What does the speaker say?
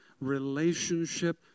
relationship